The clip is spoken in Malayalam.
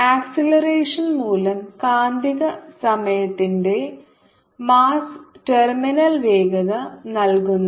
ആക്സിലറേഷൻ മൂലം കാന്തിക സമയത്തിന്റെ മാസ്സ് ടെർമിനൽ വേഗത നൽകുന്നത്